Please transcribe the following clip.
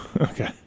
Okay